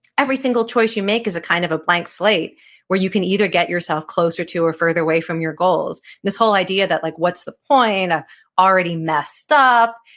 every single choice you make is a kind of a blank slate where you can either get yourself closer to or further away from your goals. this whole idea that like what's the point, i've already messed ah up,